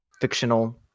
fictional